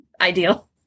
ideal